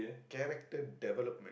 character development